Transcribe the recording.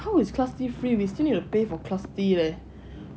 how is class tee free we still got to pay for class leh